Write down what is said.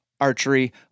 archery